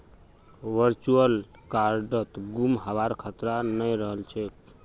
virtual कार्डत गुम हबार खतरा नइ रह छेक